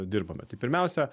dirbame tai pirmiausia